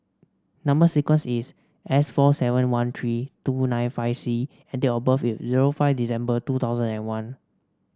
number sequence is S four seven one three two nine five C and date of birth is zero five December two thousand and one